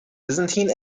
byzantine